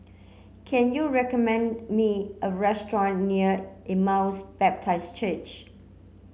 can you recommend me a restaurant near Emmaus Baptist Church